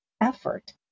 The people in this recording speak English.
effort